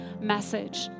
message